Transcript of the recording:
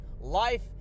Life